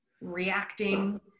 reacting